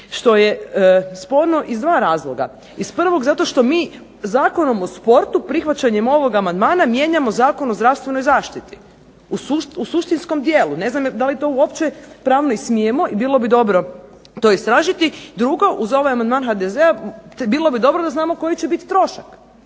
što je sporno iz dva razloga. Iz prvog zato što mi Zakonom o sportu prihvaćanjem ovog amandmana mijenjamo Zakon o zdravstvenoj zaštiti u suštinskom djelu. Ne znam da li to uopće pravno i smijemo i bilo bi dobro to istražiti. Drugo, uz ovaj amandman HDZ-a bilo bi dobro da znamo koji će biti trošak